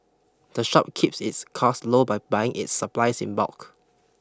the shop keeps its cost low by buying its supplies in bulk